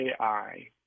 AI